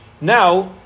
now